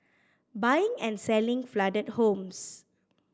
buying and selling flooded homes